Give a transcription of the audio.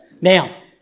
Now